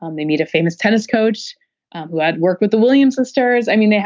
um they meet a famous tennis coach who had worked with the williams sisters. i mean,